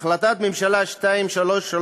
החלטת הממשלה 2332,